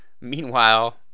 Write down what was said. meanwhile